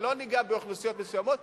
לא ניגע באוכלוסיות מסוימות,